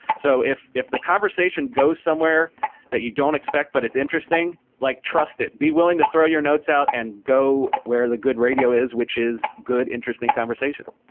so if if the conversation goes somewhere that you don't expect, but it's interesting, like trust it. be willing to throw your notes out and go where the good radio is, which is good, interesting conversations.